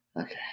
Okay